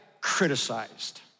criticized